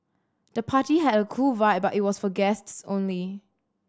the party had a cool vibe but it was for guests only